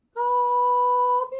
o